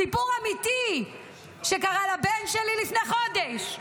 סיפור אמיתי שקרה לבן שלי לפני חודש,